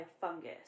fungus